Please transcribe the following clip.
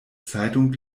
zeitung